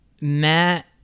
matt